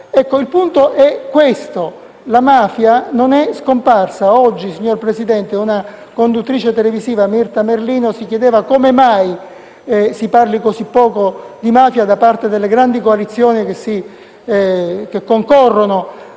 Il punto è che la mafia non è scomparsa. Oggi, signor Presidente, una conduttrice televisiva, Myrta Merlino, si è chiesta come mai parlino così poco di mafia le grandi coalizioni che concorrono